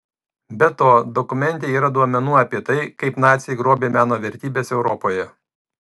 be to dokumente yra duomenų apie tai kaip naciai grobė meno vertybes europoje